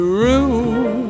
room